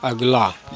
अगिला